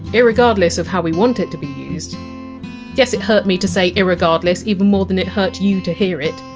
irregardless of how we want it to be used yes, it hurt me to say! irregardless! even more than it hurt you to hear it.